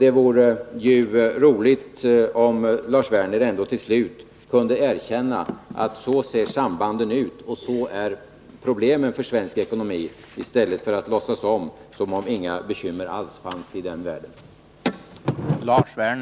Det vore roligt om Lars Werner till slut kunde erkänna att så ser sambanden ut och sådana är problemen för svensk ekonomi, i stället för att låtsas som om inga bekymmer alls fanns i den världen.